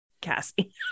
Cassie